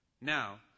Now